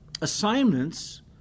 assignments